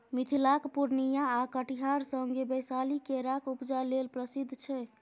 मिथिलाक पुर्णियाँ आ कटिहार संगे बैशाली केराक उपजा लेल प्रसिद्ध छै